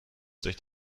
durch